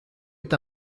est